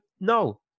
No